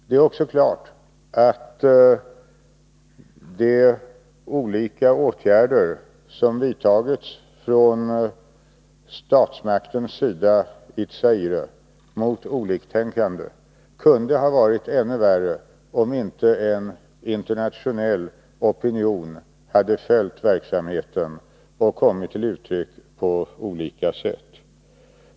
Det är också klart att de olika åtgärder som vidtagits från statsmaktens sida i Zaire mot oliktänkande kunde ha varit ännu värre, om inte en internationell opinion hade följt verksamheten och kommit till uttryck på olika sätt.